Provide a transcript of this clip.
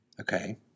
Okay